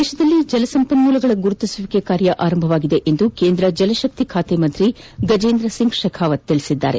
ರಾಷ್ಟ್ದಲ್ಲಿ ಜಲಸಂಪನ್ಮೂಲಗಳ ಗುರುತಿಸುವಿಕೆ ಕಾರ್ಯ ಆರಂಭವಾಗಿದೆ ಎಂದು ಕೇಂದ್ರ ಜಲಶಕ್ಕಿ ಖಾತೆ ಸಚಿವ ಗಜೇಂದ್ರಸಿಂಗ್ ಶೆಖಾವತ್ ಹೇಳಿದ್ದಾರೆ